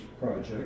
project